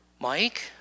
Mike